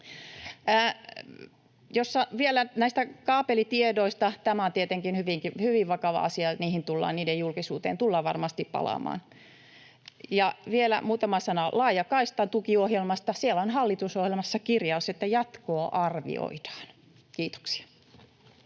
näistä kaapelitiedoista. Tämä on tietenkin hyvin vakava asia, niiden julkisuuteen tullaan varmasti palaamaan. Ja vielä muutama sana laajakaistatukiohjelmasta. Hallitusohjelmassa on kirjaus, että jatkoa arvioidaan. — Kiitoksia.